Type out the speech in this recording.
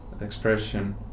expression